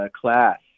class